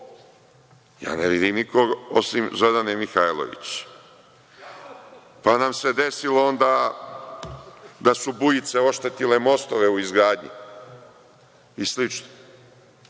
Ja ne vidim nikog osim Zorane Mihajlović. Pa nam se desilo onda da su bujice oštetile mostove u izgradnji i sl.